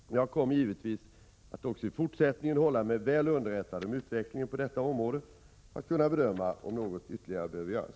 Men jag kommer givetvis att även i fortsättningen hålla mig väl underrättad om utvecklingen på detta område för att kunna bedöma om något ytterligare behöver göras.